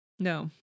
No